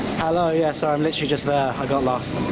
hello, yeah, sorry, i'm literally just there i got lost.